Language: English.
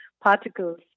particles